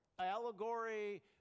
allegory